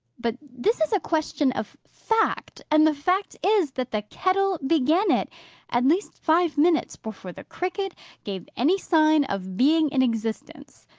but, this is a question of fact. and the fact is, that the kettle began it at least five minutes before the cricket gave any sign of being in existence.